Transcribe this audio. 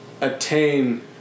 attain